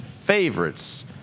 favorites